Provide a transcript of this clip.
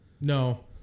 No